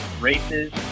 races